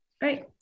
Great